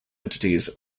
entities